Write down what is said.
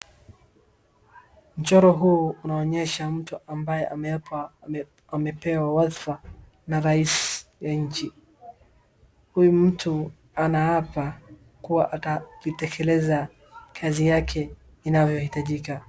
Mchoro huu unaonyesha mtu ambaye ameapa, amepewa walfa na rais wa nchi. Huyu mtu ana apa kuwa itekeleza kazi yake inavyohitajika.